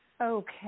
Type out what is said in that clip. Okay